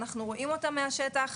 ורואים מהשטח,